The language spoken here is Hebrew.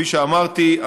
כפי שאמרתי,